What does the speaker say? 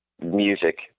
music